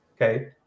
okay